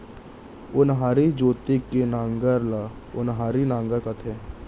ओन्हारी जोते के नांगर ल ओन्हारी नांगर कथें